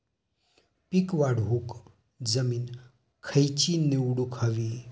पीक वाढवूक जमीन खैची निवडुक हवी?